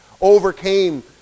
Overcame